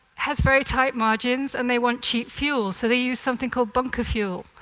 has very tight margins, and they want cheap fuel, so they use something called bunker fuel,